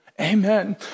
Amen